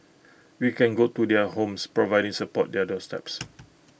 we can go to their homes providing support their doorsteps